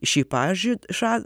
šį paži ša